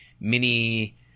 mini